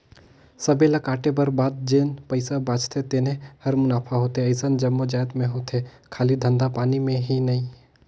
सबे ल कांटे कर बाद जेन पइसा बाचथे तेने हर मुनाफा होथे अइसन जम्मो जाएत में होथे खाली धंधा पानी में ही नई